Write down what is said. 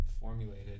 formulated